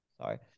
Sorry